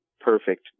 perfect